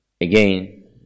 again